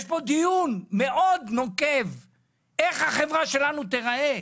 יש פה דיון נוקב איך החברה שלנו תיראה.